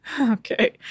Okay